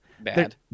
bad